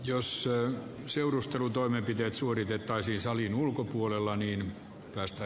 jos se on seurustelutoimenpiteet suoritettaisiin salin ulkopuolella niin päästä